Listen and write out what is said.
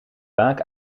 vaak